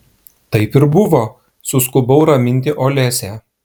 taip ir buvo suskubau raminti olesią